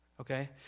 okay